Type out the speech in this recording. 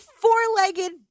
four-legged